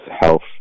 health